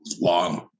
long